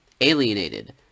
alienated